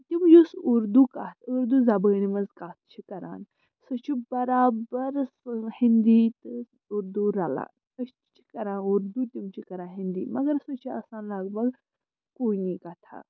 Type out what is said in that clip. تِم یُس اُردو کَتھ اُردو زَبٲنۍ منٛز کَتھ چھِ کَران سُہ چھُ بَرابر ہیندی تہٕ اُردو رَلان أسۍ چھِ کَران اُردو تِم چھِ کَران ہیندی مَگر سُہ چھِ آسان لگ بگ کُنی کَتھا